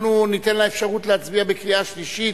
אנחנו ניתן לה אפשרות להצביע בקריאה שלישית,